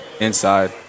inside